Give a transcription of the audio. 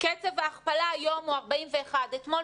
"קצב ההכפלה היום הוא 41". אתמול,